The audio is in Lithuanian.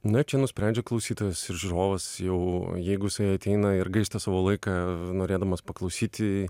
na čia nusprendžia klausytojas ir žiūrovas jau jeigu jisai ateina ir gaišta savo laiką norėdamas paklausyti